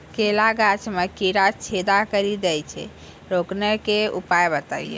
केला गाछ मे कीड़ा छेदा कड़ी दे छ रोकने के उपाय बताइए?